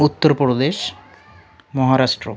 Uttar Pradesh Maharashtra